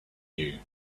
you